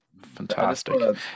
Fantastic